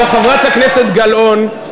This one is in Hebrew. אבל, חברת הכנסת גלאון,